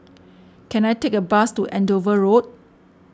can I take a bus to Andover Road